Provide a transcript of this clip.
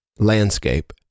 landscape